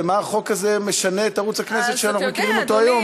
במה החוק הזה משנה את ערוץ הכנסת שאנחנו מכירים אותו היום.